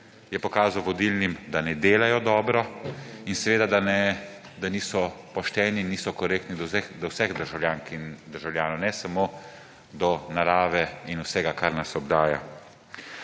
je pokazal vodilnim, da ne delajo dobro in seveda da niso pošteni, niso korektni do vseh državljank in državljanov, ne samo do narave in vsega, kar nas obdaja.